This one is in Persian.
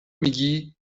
میگی